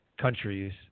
countries